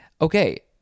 okay